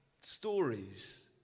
stories